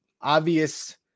obvious –